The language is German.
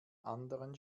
anderen